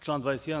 Član 21.